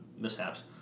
mishaps